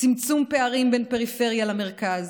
צמצום פערים בין פריפריה למרכז,